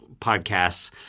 podcasts